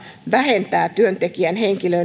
vähentää työntekijän